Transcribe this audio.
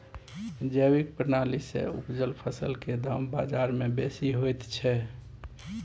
जैविक प्रणाली से उपजल फसल के दाम बाजार में बेसी होयत छै?